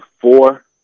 four